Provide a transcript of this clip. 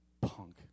Punk